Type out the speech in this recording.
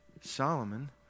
Solomon